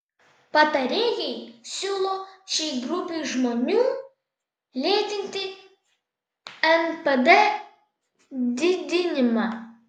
patarėjai siūlo šiai grupei žmonių lėtinti npd didinimą